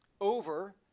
over